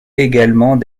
également